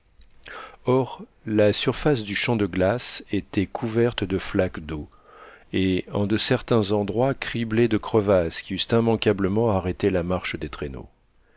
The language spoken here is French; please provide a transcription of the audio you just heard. or la surface du champ de glace était couverte de flaques d'eau et en de certains endroits criblée de crevasses qui eussent immanquablement arrêté la marche des traîneaux